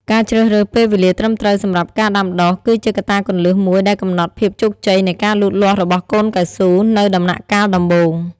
ការជ្រើសរើសពេលវេលាត្រឹមត្រូវសម្រាប់ការដាំដុះ គឺជាកត្តាគន្លឹះមួយដែលកំណត់ភាពជោគជ័យនៃការលូតលាស់របស់កូនកៅស៊ូនៅដំណាក់កាលដំបូង។